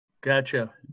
Gotcha